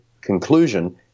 conclusion